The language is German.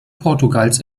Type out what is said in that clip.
portugals